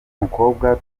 mukobwa